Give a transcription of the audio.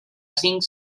cinc